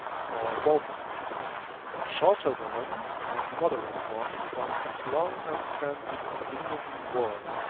or both of these shorter women, a moderate one, but as long as can be conveniently worn,